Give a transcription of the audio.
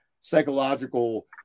psychological